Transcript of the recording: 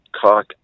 cock